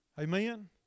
Amen